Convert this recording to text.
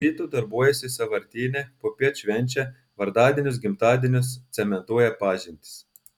iš ryto darbuojasi sąvartyne popiet švenčia vardadienius gimtadienius cementuoja pažintis